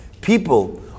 People